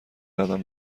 قدم